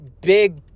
big